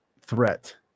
threat